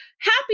happy